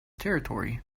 territory